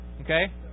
Okay